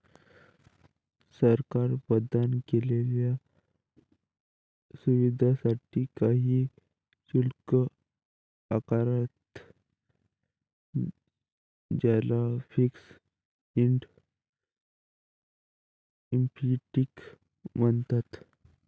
सरकार प्रदान केलेल्या सुविधांसाठी काही शुल्क आकारते, ज्याला फीस एंड इफेक्टिव म्हणतात